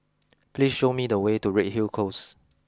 please show me the way to Redhill Close